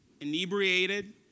inebriated